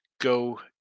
Go